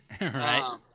Right